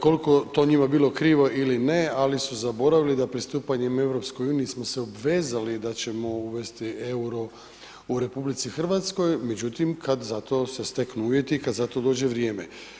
Koliko je to njima bilo krivo ili ne, ali su zaboravili da pristupanjem EU smo se obvezali da ćemo uvesti EUR-o u RH, međutim kad za to se steknu uvjeti i kad za to dođe vrijeme.